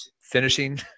finishing